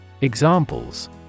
Examples